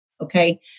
Okay